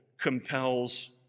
compels